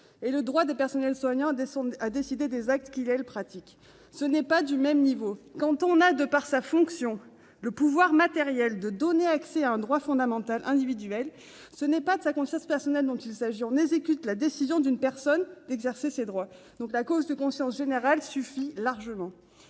et le droit des personnels soignants à décider des actes qu'ils et elles pratiquent. Ce n'est pas du même niveau. Quand on a, de par sa fonction, le pouvoir matériel de donner accès à un droit fondamental individuel, ce n'est pas de sa conscience personnelle qu'il s'agit. On exécute la décision d'une personne d'exercer ses droits. La clause de conscience générale suffit donc largement.